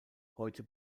heute